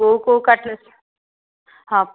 କେଉଁ କେଉଁ କାଠ ହଁ